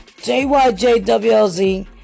JYJWLZ